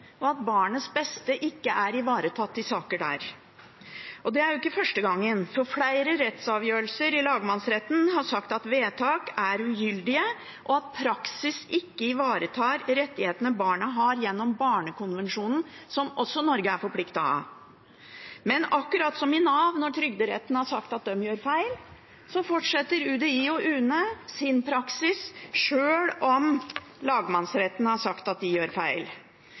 og at barnets beste ikke er ivaretatt i saker der. Det er jo ikke første gangen, for flere rettsavgjørelser i lagmannsretten har sagt at vedtak er ugyldige, og at praksis ikke ivaretar rettighetene barna har etter Barnekonvensjonen, som også Norge er forpliktet av. Men akkurat som i Nav når Trygderetten har sagt at de gjør feil, fortsetter UDI og UNE sin praksis, sjøl om lagmannsretten har sagt at de gjør feil.